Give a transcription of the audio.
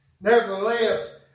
Nevertheless